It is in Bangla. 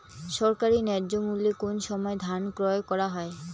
সরকারি ন্যায্য মূল্যে কোন সময় ধান ক্রয় করা হয়?